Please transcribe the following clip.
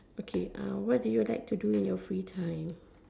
okay what do you like to do on your free time